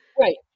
Right